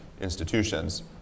institutions